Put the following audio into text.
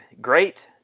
great